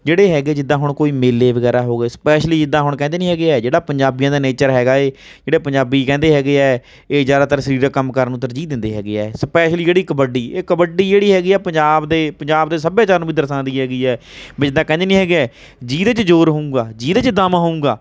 ਜਿਹੜੇ ਹੈਗੇ ਜਿੱਦਾਂ ਹੁਣ ਕੋਈ ਮੇਲੇ ਵਗੈਰਾ ਹੋ ਗਏ ਸਪੈਸ਼ਲੀ ਜਿੱਦਾਂ ਹੁਣ ਜਿੱਦਾਂ ਕਹਿੰਦੇ ਨਹੀਂ ਹੈਗੇ ਆ ਪੰਜਾਬੀਆਂ ਦਾ ਨੇਚਰ ਹੈਗਾ ਏ ਜਿਹੜੇ ਪੰਜਾਬੀ ਕਹਿੰਦੇ ਹੈਗੇ ਆ ਇਹ ਜ਼ਿਆਦਾਤਰ ਸਰੀਰਕ ਕੰਮ ਕਰਨ ਨੂੰ ਤਰਜੀਹ ਦਿੰਦੇ ਹੈਗੇ ਹੈ ਸਪੈਸਲੀ ਜਿਹੀ ਕਬੱਡੀ ਇਹ ਕਬੱਡੀ ਜਿਹੜੀ ਹੈਗੀ ਹੈ ਪੰਜਾਬ ਦੇ ਪੰਜਾਬ ਦੇ ਸੱਭਿਆਚਾਰ ਨੂੰ ਵੀ ਦਰਸਾਉਂਦੀ ਹੈਗੀ ਆ ਵੀ ਜਿੱਦਾਂ ਕਹਿੰਦੇ ਨਹੀਂ ਹੈਗੇ ਆ ਜਿਹਦੇ ਚ ਜ਼ੋਰ ਹੋਵੇਗਾ ਜਿਹਦੇ 'ਚ ਦਮ ਹੋਵੇਗਾ